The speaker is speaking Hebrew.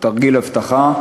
תרגיל אבטחה.